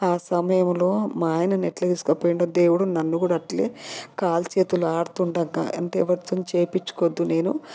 ఆ సమయంలో మా ఆయనను ఎట్ల తీసుకుపోయిండో దేవుడు నన్ను కూడా అట్లే కాల్ చేతులు ఆడుతుండగా అంటే ఎవరితో చేపించుకోవద్దు నేను